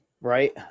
Right